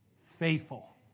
faithful